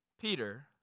Peter